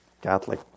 Catholic